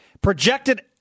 projected